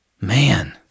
man